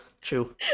True